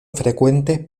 frecuente